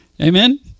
Amen